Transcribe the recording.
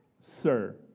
sir